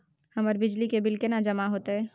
हमर बिजली के बिल केना जमा होते?